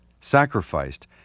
sacrificed